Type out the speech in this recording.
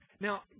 Now